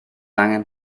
angen